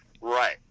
Right